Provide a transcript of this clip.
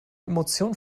emotionen